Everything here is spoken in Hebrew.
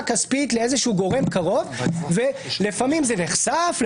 כספית לאיזשהו גורם קרוב ולפעמים זה נחשף,